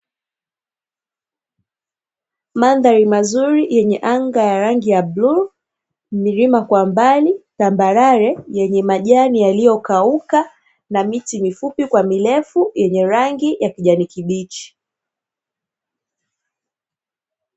Mandhari mazuri yenye anga ya rangi ya bluu, milima kwa mbali tambarare yenye majani yaliyokauka na miti mifupi kwa mirefu, yenye rangi ya kijani kibichi.